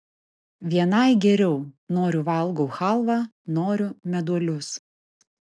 vienai geriau noriu valgau chalvą noriu meduolius